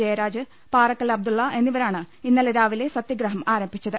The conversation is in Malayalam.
ജയരാജ് പാറക്കൽ അബ്ദുള്ള എന്നിവരാണ് ഇന്നലെ രാവിലെ സത്യഗ്രഹം ആരംഭിച്ച ത്